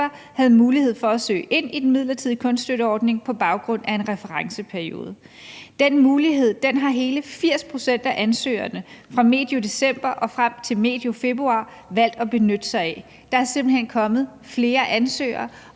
havde mulighed for at søge ind i den midlertidige kunststøtteordning på baggrund af en referenceperiode. Den mulighed har hele 80 pct. af ansøgerne fra medio december og frem til medio februar valgt at benytte sig af. Der er simpelt hen kommet flere ansøgere,